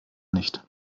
nicht